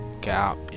gap